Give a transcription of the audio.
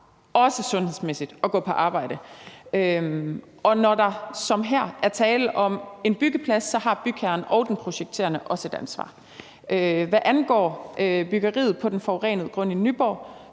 også sundhedsmæssigt, at gå på arbejde, og når der som her er tale om en byggeplads, har bygherren og den projekterende også et ansvar. Hvad angår byggeriet på den forurenede grund i Nyborg,